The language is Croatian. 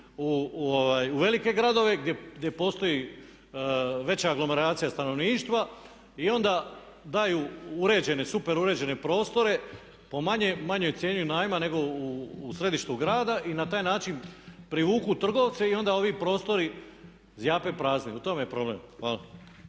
u velike gradove gdje postoji veći broj stanovništva i onda daju uređene super uređene prostore pa manjoj cijeni najma nego u središtu grada i na taj način privuku trgovce. I onda ovi prostori zjape prazni. U tome je problem. Hvala.